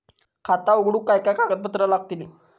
खाता उघडूक काय काय कागदपत्रा लागतली?